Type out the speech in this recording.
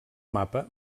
mapa